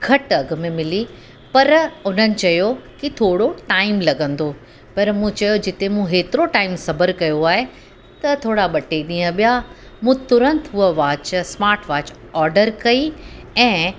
घटि अघि में मिली पर उन्हनि चयो की थोरो टाइम लॻंदो पर मूं चयो जिते मूं एतिरो टाइम सभु कयो आहे त थोरा ॿ टे ॾींह ॿिया मूं तुरंत हूअ वाच स्मार्ट वाच ऑर्डर कयी ऐं